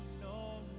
no